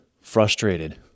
frustrated